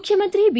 ಮುಖ್ಯಮಂತ್ರಿ ಬಿ